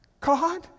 God